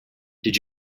did